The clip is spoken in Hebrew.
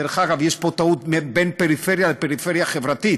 דרך אגב, יש פה טעות בין פריפריה לפריפריה חברתית,